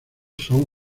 son